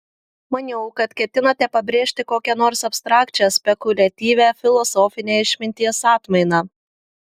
maniau kad ketinate pabrėžti kokią nors abstrakčią spekuliatyvią filosofinę išminties atmainą